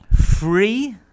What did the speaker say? free